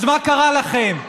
אז מה קרה לכם?